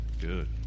good